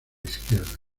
izquierda